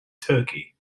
turkey